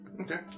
Okay